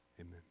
Amen